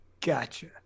Gotcha